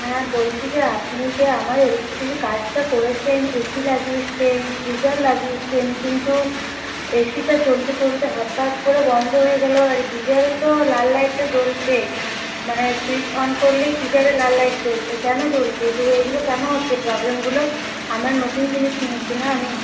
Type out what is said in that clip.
হ্যাঁ বলছি যে আপনি যে আমার ইলেকট্রিকের কাজটা করেছেন এসি লাগিয়েছেন গিজার লাগিয়েছেন কিন্তু এসিটা চলতে চলতে হঠাৎ করে বন্ধ হয়ে গেল আর গিজারের তো লাল লাইটটা জ্বলছেই মানে সুইচ অন করলেই গিজারের লাল লাইট জ্বলছে কেন জ্বলছে তো এগুলো কেন হচ্ছে প্রবলেমগুলো আমার নতুন জিনিস নিয়েছি না আমি